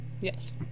Yes